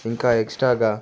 ఇంకా ఎక్స్ట్రాగా